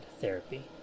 therapy